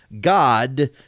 God